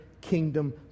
kingdom